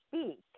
speak